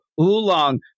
Oolong